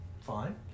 Fine